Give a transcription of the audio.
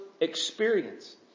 experience